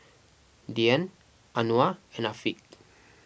Dian Anuar and Afiq